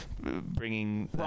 bringing